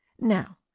Now